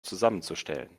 zusammenzustellen